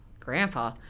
Grandpa